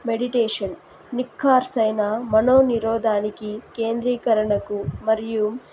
meditation నిఖార్సయిన మనో నిరోధానికి కేంద్రీకరణకు మరియు